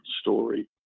story